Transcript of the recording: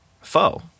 foe